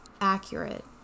accurate